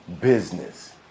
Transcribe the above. business